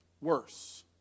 worse